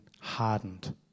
hardened